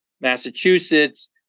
Massachusetts